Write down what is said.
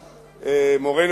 שיאריך ימים וייבדל לחיים ארוכים,